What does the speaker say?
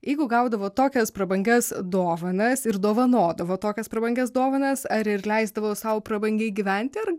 jeigu gaudavo tokias prabangias dovanas ir dovanodavo tokias prabangias dovanas ar ir leisdavo sau prabangiai gyventi ar